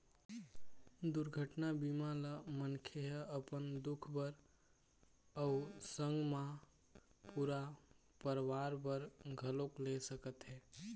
दुरघटना बीमा ल मनखे ह अपन खुद बर अउ संग मा पूरा परवार बर घलोक ले सकत हे